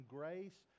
grace